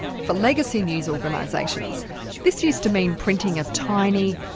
for legacy news organisations this used to mean printing a tiny,